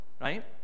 Right